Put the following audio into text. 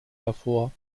hervor